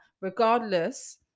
regardless